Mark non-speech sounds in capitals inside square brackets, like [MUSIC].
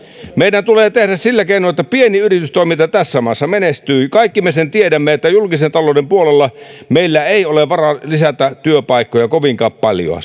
meidän tulee tehdä sillä keinoin että pieni yritystoiminta tässä maassa menestyy kaikki me sen tiedämme että julkisen talouden puolella meillä ei ole varaa lisätä työpaikkoja kovinkaan paljoa [UNINTELLIGIBLE]